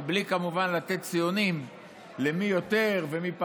מבלי כמובן לתת ציונים למי יותר ומי פחות,